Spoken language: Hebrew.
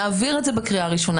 נעביר את זה בקריאה הראשונה,